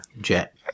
jet